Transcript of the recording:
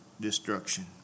destruction